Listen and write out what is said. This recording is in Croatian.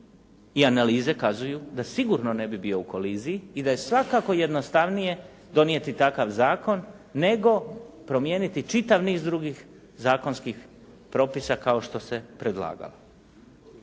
i analize kazuju da sigurno ne bi bio u koliziji i da je svakako jednostavnije donijeti takav zakon, nego promijeniti čitav niz drugih zakonskih propisa kao što se predlagalo.